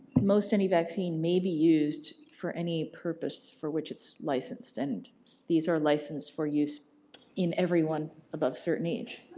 most any vaccine may be used for any purpose for which it's licensed and these are licensed for use in everyone above a certain age,